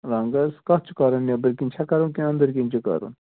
رَنٛگ حظ کَتھ چھُ کَرُن نیٚبر کِنۍ چھےٚ کَرُن کِنۍ أنٛدٕرۍ کِنۍ چھُ کَرُن